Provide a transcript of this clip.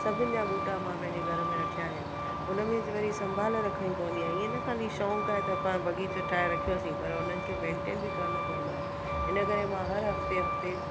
सभिनि जा बूटा मां पंहिंजे घर में रखिया आहिनि उनमें वरी संभाल रखणी पवंदी आहे ईअं न खाली शौक़ु आहे त पाण बगीचो ठाहे रखियोसीं पर उनखे मेनटेंन बि करिणो पवंदो आहे इन करे मां हर हफ़्ते हफ़्ते